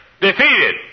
defeated